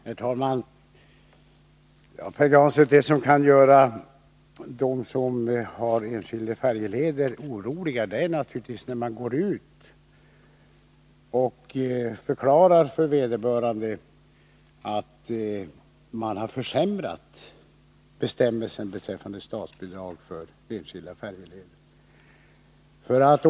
Herr talman! Det som kan göra dem som har enskilda färjeleder oroliga, Pär Granstedt, är naturligtvis när man går ut och förklarar för vederbörande att de nya bestämmelserna beträffande statsbidrag till enskilda färjor innebär en försämring.